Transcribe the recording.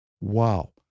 Wow